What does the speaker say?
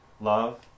Love